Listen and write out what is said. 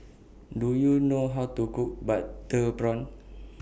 Do YOU know How to Cook Butter Prawn